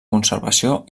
conservació